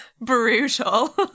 brutal